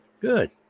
Good